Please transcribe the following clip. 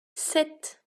sept